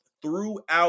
throughout